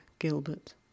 Gilbert